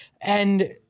and-